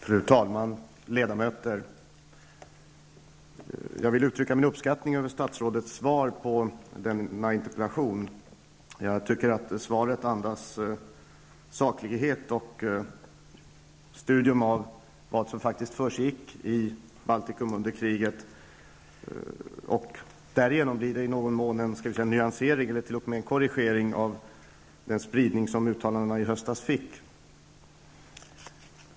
Fru talman! Ledamöter! Jag vill uttrycka min uppskattning över statsrådets svar på denna interpellation. Jag tycker att svaret andas saklighet och studium av vad som faktiskt försiggick i Baltikum under kriget. Därigenom blir det i någon mån en nyansering eller t.o.m. en korrigering av den spridning som uttalandena i höstas fick.